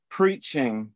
preaching